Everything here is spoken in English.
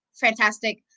fantastic